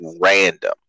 random